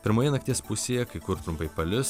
pirmoje nakties pusėje kai kur trumpai palis